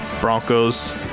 Broncos